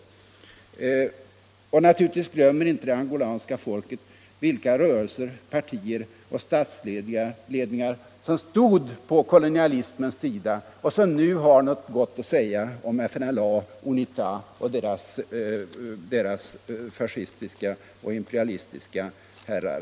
Och naturligtvis glömmer inte det angolanska folket vilka rörelser, partier och statsledningar som stod på kolonialismens sida och som nu har något gott att säga om UNITA och FNLA och deras fascistiska och imperialistiska herrar.